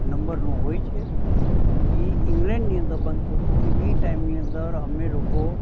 નંબરનો હોય છે એ ઈંગ્લેન્ડની અંદર બનતો તો ને એ ટાઈમની અંદર અમે લોકો